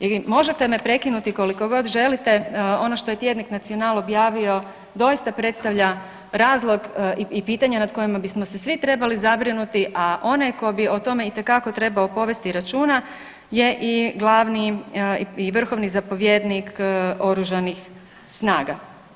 I možete me prekinuti koliko god želite ono što je tjednik Nacional objavio doista predstavlja razlog i pitanja nad kojima bismo se svi trebali zabrinuti, a onaj tko bi o tome itekako trebao povesti računa je i glavni i vrhovni zapovjednik Oružanih snaga.